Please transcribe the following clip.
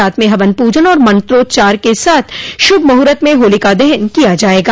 रात में हवन पूजन और मंत्रोचार के साथ शुभ मुहूर्त में होलिका दहन किया जायेगा